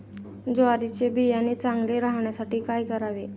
ज्वारीचे बियाणे चांगले राहण्यासाठी काय करावे?